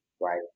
right